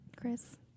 Chris